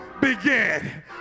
begin